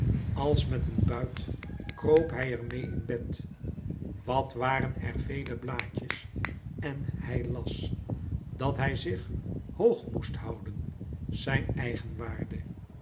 als met een buit kroop hij er meê in bed wat waren er vele blaadjes en hij las dat hij zich hoog moest houden